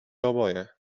oboje